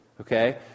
okay